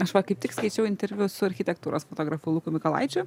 aš va kaip tik skaičiau interviu su architektūros fotografu luku mikolaičiu